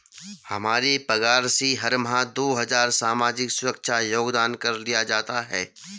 हमारे पगार से हर माह दो हजार सामाजिक सुरक्षा योगदान कर लिया जाता है